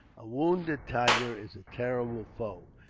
a wounded tiger is a terrible foe,